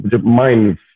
mind